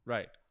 Right